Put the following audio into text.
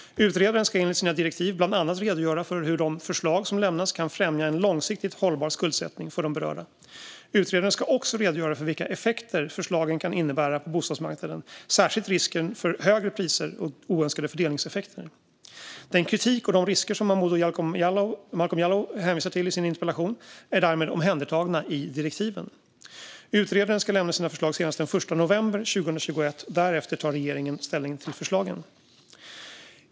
Utredaren ska enligt sina direktiv bland annat redogöra för hur de förslag som lämnas kan främja en långsiktigt hållbar skuldsättning för de berörda. Utredaren ska också redogöra för vilka effekter förslagen kan innebära på bostadsmarknaden, särskilt risken för högre priser och oönskade fördelningseffekter. Den kritik och de risker som Momodou Malcolm Jallow hänvisar till i sin interpellation är därmed omhändertagna i direktiven. Utredaren ska lämna sina förslag senast den 1 november 2021. Därefter tar regeringen ställning till förslagen.